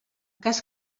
cas